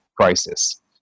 crisis